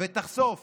ותחשוף